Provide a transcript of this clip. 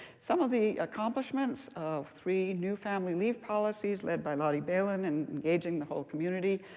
some of the accomplishments of three new family leave policies led by lotte bailyn and engaging the whole community,